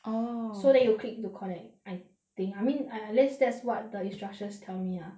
orh so then you click to connect I think I mean I at least that's what the instructions tell me lah